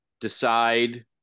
decide